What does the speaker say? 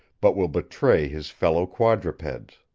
but will betray his fellow quadrupeds.